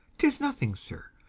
tis nothing, sir,